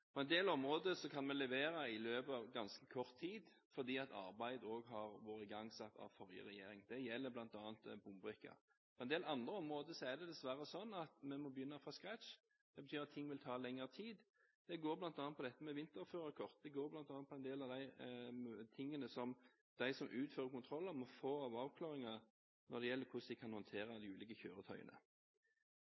På en del områder kan vi levere i løpet av ganske kort tid, fordi arbeid også har vært igangsatt av forrige regjering. Det gjelder bl.a. bombrikker. På en del andre områder er det dessverre sånn at vi må begynne fra scratch. Det betyr at ting vil ta lengre tid. Det går bl.a. på dette med vinterførerkort og på en del av de tingene som de som utfører kontrollene, må få avklaringer på når det gjelder hvordan de kan håndtere de ulike kjøretøyene.